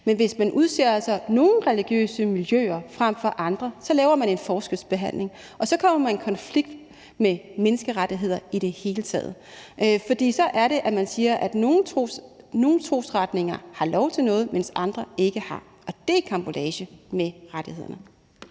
Men hvis man udser sig nogle religiøse miljøer frem for andre, laver man en forskelsbehandling, og så kommer man i konflikt med menneskerettigheder i det hele taget, for så er det, at man siger, at nogle trosretninger har lov til noget, mens andre ikke har, og det er i karambolage med rettighederne.